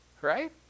Right